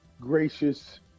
gracious